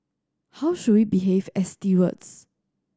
how should we behave as stewards